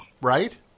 Right